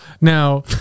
Now